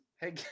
Hey